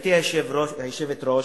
גברתי היושבת-ראש,